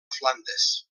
flandes